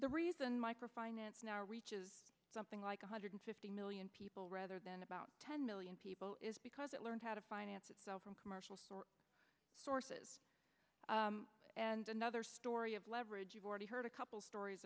the reason micro finance now reaches something like one hundred fifty million people rather than about ten million people is because it learned how to finance itself from commercial sources and another story of leverage you've already heard a couple stories